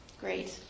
Great